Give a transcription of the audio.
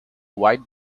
wide